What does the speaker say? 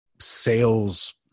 sales